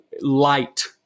light